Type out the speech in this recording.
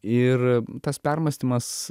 ir tas permąstymas